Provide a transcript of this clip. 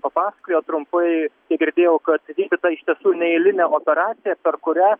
papasakojo trumpai kiek girdėjau kad įvykdyta iš tiesų neeilinė operacija per kurią